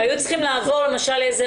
הם היו צריכים לעבור למשל איזה